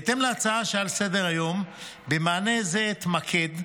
בהתאם להצעה שעל סדר-היום, במענה זה אתמקד,